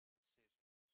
decisions